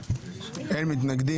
הצבעה אושר אין מתנגדים,